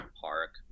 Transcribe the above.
park